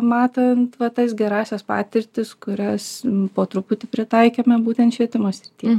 matant va tas gerąsias patirtis kurias po truputį pritaikėme būtent švietimo srityje